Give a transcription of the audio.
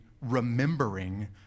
remembering